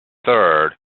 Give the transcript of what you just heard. third